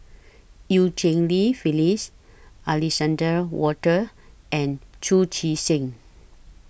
EU Cheng Li Phyllis Alexander Wolters and Chu Chee Seng